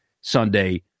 Sunday